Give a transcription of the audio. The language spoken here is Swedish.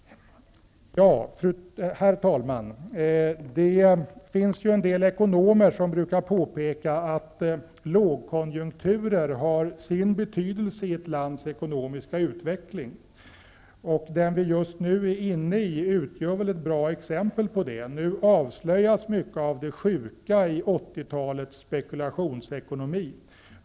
Herr talman! Det finns en del ekonomer som brukar påpeka att lågkonjunkturer har sin betydelse i ett lands ekonomiska utveckling, och den vi just nu är inne i utgör väl ett bra exempel på det. Nu avslöjas mycket av det sjuka i 80-talets spekulationsekonomi.